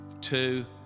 two